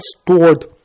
stored